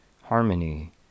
harmony